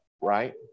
right